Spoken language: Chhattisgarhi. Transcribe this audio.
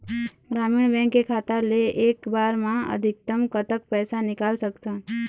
ग्रामीण बैंक के खाता ले एक बार मा अधिकतम कतक पैसा निकाल सकथन?